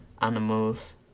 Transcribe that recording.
animals